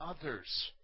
others